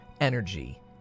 energy